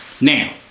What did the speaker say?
now